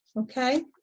okay